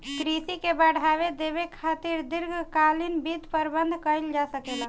कृषि के बढ़ावा देबे खातिर दीर्घकालिक वित्त प्रबंधन कइल जा सकेला